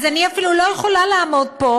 אז אני אפילו לא יכולה לעמוד פה,